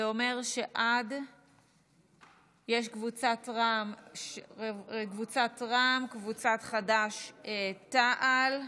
יש קבוצת רע"מ, ויש קבוצת חד"ש-תע"ל.